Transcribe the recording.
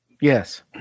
Yes